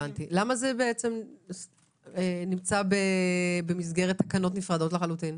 למה זה נמצא במסגרת תקנות נפרדות לחלוטין?